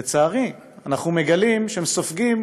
לצערי, אנחנו מגלים שהם סופגים